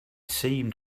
seemed